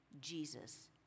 Jesus